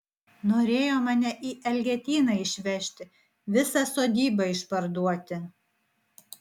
norėjo mane į elgetyną išvežti visą sodybą išparduoti